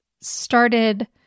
started